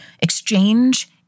exchange